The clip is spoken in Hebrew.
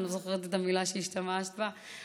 אני לא זוכרת את המילה שהשתמשת בה,